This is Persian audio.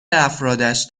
افرادش